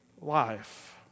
life